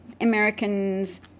Americans